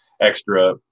extra